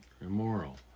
immoral